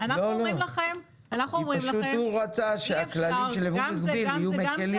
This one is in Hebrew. אנחנו אומרים לכם אי אפשר גם זה גם זה